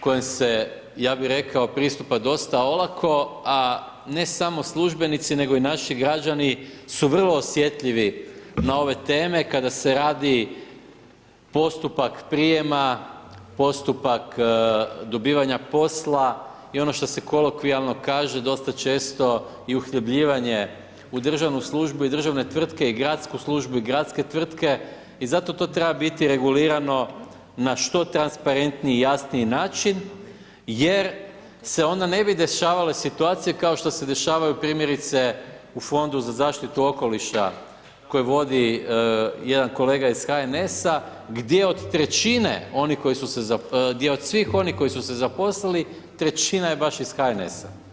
kojim se ja bi rekao, pristupa dosta olako a ne samo službenici nego i naši građani su vrlo osjetljivi na ove teme kada se radi postupak prijema, postupak dobivanja posla i ono što se kolokvijalno kaže dosta često i uhljebljivanje u državnu službu i državne tvrtke i gradsku službu i gradske tvrtke i zato to treba biti regulirano na što transparentniji i jasniji način jer se onda ne bi dešavale situacije kao što se dešavaju primjerice u Fondu za zaštitu okoliša koje vodi jedan kolega iz HNS-a gdje od svih onih koji su se zaposlili, 1/3 je baš iz HNS-a.